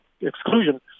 exclusion